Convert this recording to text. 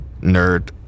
nerd